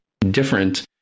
different